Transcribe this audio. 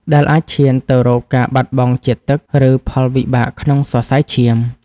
ដែលអាចឈានទៅរកការបាត់បង់ជាតិទឹក ឬផលវិបាកក្នុងសរសៃឈាម។